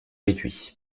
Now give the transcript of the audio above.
réduits